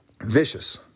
Vicious